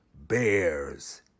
bears